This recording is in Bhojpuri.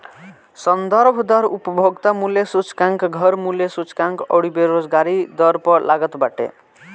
संदर्भ दर उपभोक्ता मूल्य सूचकांक, घर मूल्य सूचकांक अउरी बेरोजगारी दर पअ लागत बाटे